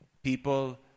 people